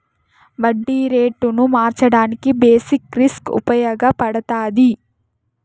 వడ్డీ రేటును మార్చడానికి బేసిక్ రిస్క్ ఉపయగపడతాది